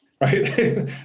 right